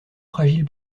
fragile